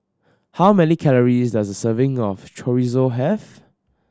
how many calories does a serving of Chorizo have